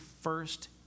first